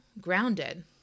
grounded